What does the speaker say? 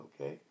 okay